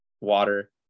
water